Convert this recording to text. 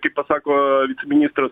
kaip pasako ministras